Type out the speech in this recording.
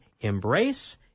embrace